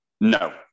No